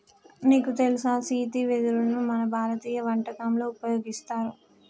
నీకు తెలుసా సీతి వెదరును మన భారతీయ వంటకంలో ఉపయోగిస్తారు